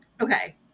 okay